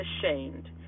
ashamed